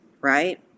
Right